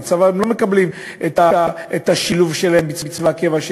בצבא הם לא מקבלים את השילוב שלהם בצבא הקבע,